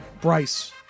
Bryce